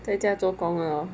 在家做工 lor